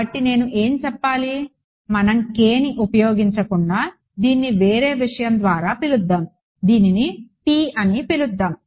కాబట్టి నేను ఏమి చెప్పాలి మనం k ని ఉపయోగించకుండా దీన్ని వేరే విషయం ద్వారా పిలుద్దాం దీనిని p అని పిలుద్దాం